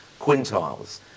quintiles